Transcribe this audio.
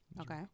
Okay